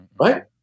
right